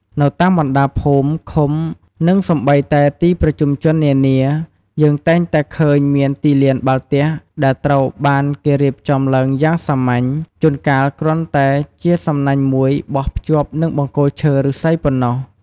នៅតាមបណ្ដាភូមិ ឃុំ និងសូម្បីតែទីប្រជុំជននានា យើងតែងតែឃើញមានទីលានបាល់ទះដែលត្រូវបានគេរៀបចំឡើងយ៉ាងសាមញ្ញ ជួនកាលគ្រាន់តែជាសំណាញ់មួយបោះភ្ជាប់នឹងបង្គោលឈើ ឬស្សីប៉ុណ្ណោះ។